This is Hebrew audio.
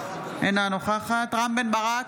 אינה נוכחת רם בן ברק,